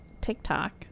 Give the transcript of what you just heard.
TikTok